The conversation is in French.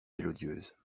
mélodieuses